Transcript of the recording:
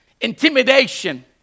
intimidation